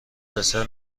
دسر